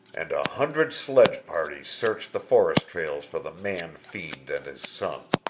and a hundred sledge parties searched the forest trails for the man-fiend and his son.